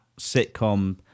sitcom